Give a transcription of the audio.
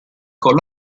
con